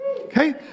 okay